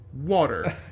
water